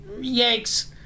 Yanks